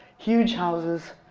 huge houses,